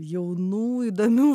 jaunų įdomių